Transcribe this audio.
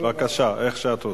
בבקשה, איך שאת רוצה.